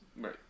Right